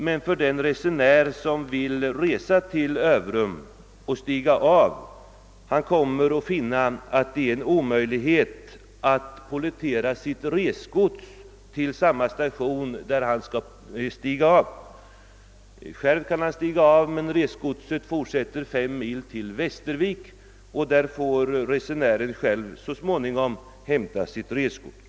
Men den resenär som vill resa till Överum kommer att finna att det är omöjligt att polettera resgodset till den station där han skall stiga av. Själv kan han stiga av i Överum, men resgodset fortsätter fem mil till Västervik, och där får resenären så småningom själv hämta det.